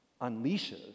unleashes